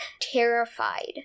terrified